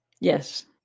yes